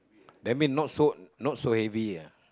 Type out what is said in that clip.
that mean not so not so heavy ah